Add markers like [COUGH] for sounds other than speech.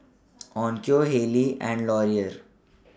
[NOISE] Onkyo Haylee and Laurier